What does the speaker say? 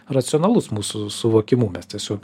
racionalus mūsų suvokimu mes tiesiog